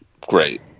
great